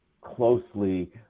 closely